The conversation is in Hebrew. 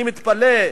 אני מתפלא,